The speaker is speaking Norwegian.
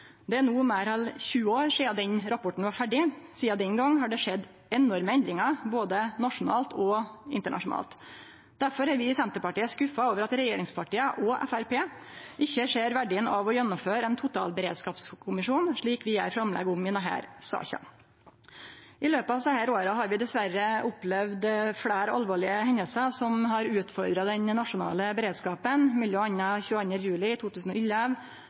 Det er no meir enn 20 år sidan den rapporten var ferdig. Sidan den gongen har det skjedd enorme endringar, både nasjonalt og internasjonalt. Derfor er vi i Senterpartiet skuffa over at regjeringspartia og Framstegspartiet ikkje ser verdien av å setje ned ein totalberedskapskommisjon, slik vi gjer framlegg om i denne saka. I løpet av desse åra har vi dessverre opplevd fleire alvorlege hendingar som har utfordra den nasjonale beredskapen, m.a. 22. juli 2011,